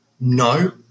No